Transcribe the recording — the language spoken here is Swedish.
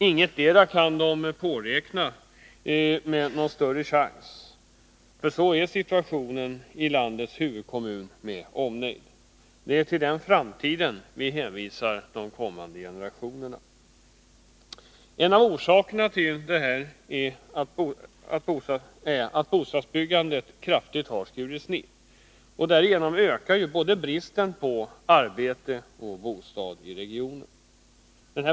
Ingetdera kan de påräkna med någon större chans. Så ser situationen ut i landets ”huvudkommun” med omnejd. Det är till den framtiden vi hänvisar de kommande generationerna. En av orsakerna till detta är att bostadsbyggandet kraftigt skurits ned. Därigenom ökar bristen på både arbete och bostad.